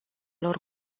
lor